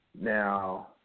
Now